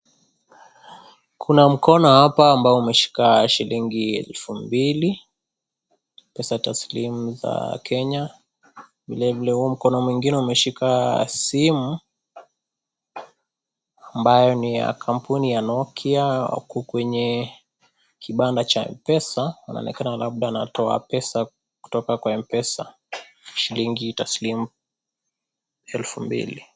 Kuna mkono hapa ambao umeshika shilingi elfu mbili pesa taslimu za Kenya. Vilevile huu mkono mwingine umeshika simu ambayo ni ya kampuni ya Nokia huku kwenye kibanda cha Mpesa inaonekana labda anatoa pesa kutoka kwa mpesa shilingi taslimu elfu mbili.